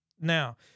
Now